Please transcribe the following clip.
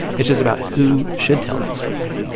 it's just about who should tell that story.